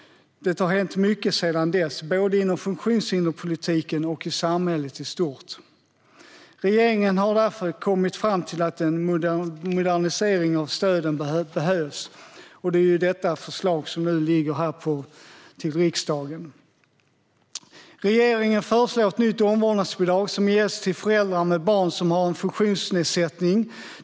Det har hänt mycket sedan dess, både inom funktionshinderspolitiken och i samhället i stort. Regeringen har därför kommit fram till att en modernisering av stöden behövs. Det är det förslag som nu ligger för riksdagen. Regeringen föreslår ett nytt omvårdnadsbidrag som ges till föräldrar med barn som har en funktionsnedsättning.